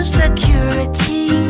security